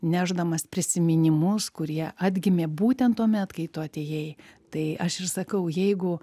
nešdamas prisiminimus kurie atgimė būtent tuomet kai tu atėjai tai aš ir sakau jeigu